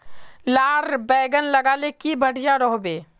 लार बैगन लगाले की बढ़िया रोहबे?